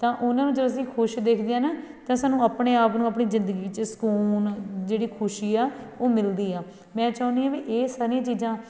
ਤਾਂ ਉਹਨਾਂ ਨੂੰ ਜੋ ਅਸੀਂ ਖੁਸ਼ ਦੇਖਦੇ ਹਾਂ ਨਾ ਤਾਂ ਸਾਨੂੰ ਆਪਣੇ ਆਪ ਨੂੰ ਆਪਣੀ ਜ਼ਿੰਦਗੀ 'ਚ ਸਕੂਨ ਜਿਹੜੀ ਖੁਸ਼ੀ ਆ ਉਹ ਮਿਲਦੀ ਆ ਮੈਂ ਚਾਹੁੰਦੀ ਹਾਂ ਵੀ ਇਹ ਸਾਰੀਆਂ ਚੀਜ਼ਾਂ